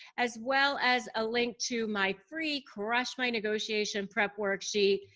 as well as a link to my free crush my negotiation prep worksheet.